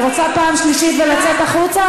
את רוצה פעם שלישית ולצאת החוצה?